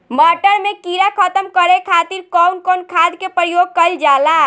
मटर में कीड़ा खत्म करे खातीर कउन कउन खाद के प्रयोग कईल जाला?